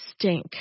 stink